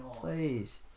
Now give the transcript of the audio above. Please